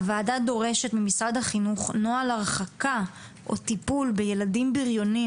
הוועדה דורשת ממשרד החינוך נוהל הרחקה או טיפול בילדים בריונים.